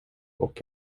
och